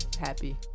happy